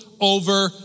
over